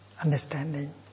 understanding